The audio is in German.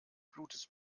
blutes